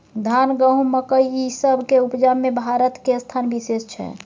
धान, गहूम, मकइ, ई सब के उपजा में भारत के स्थान विशेष छै